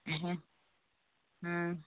হ্যাঁ